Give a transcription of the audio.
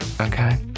Okay